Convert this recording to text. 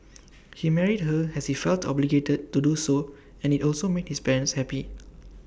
he married her as he felt obligated to do so and IT also made his parents happy